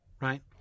right